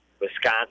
Wisconsin